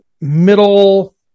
middle